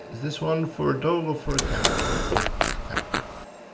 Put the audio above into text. this one for a dog or for a cat? dogs, cats.